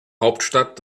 hauptstadt